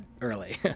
early